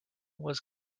was